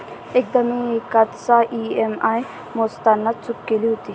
एकदा मी एकाचा ई.एम.आय मोजताना चूक केली होती